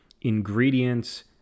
ingredients